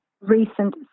recent